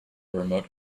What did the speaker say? remote